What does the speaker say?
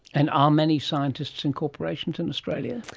and are many scientists and corporations in australia?